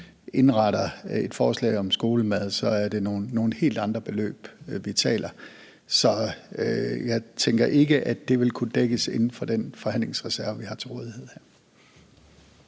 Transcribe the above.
indretter et forslag om skolemad, er det nogle helt andre beløb, vi taler om. Så jeg tænker ikke, at det vil kunne dækkes inden for den forhandlingsreserve, vi har til rådighed her.